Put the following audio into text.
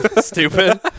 stupid